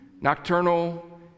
Nocturnal